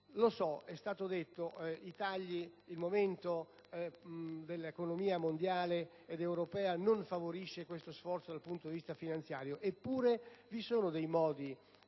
È stato detto che il momento dell'economia mondiale è europea non favorisce questo sforzo dal punto di vista finanziario. Eppure, vi sono dei modi